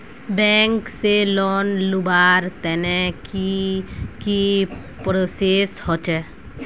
Bank से loan लुबार तने की की प्रोसेस होचे?